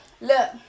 Look